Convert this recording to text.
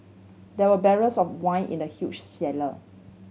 there were barrels of wine in the huge cellar